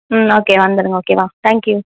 ம் ஓகே வந்துடுங்க ஓகேவா தேங்க்யூ